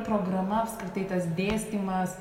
programa apskritai tas dėstymas